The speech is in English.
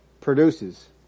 produces